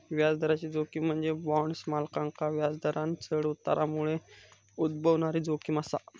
व्याजदराची जोखीम म्हणजे बॉण्ड मालकांका व्याजदरांत चढ उतारामुळे उद्भवणारी जोखीम असा